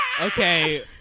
Okay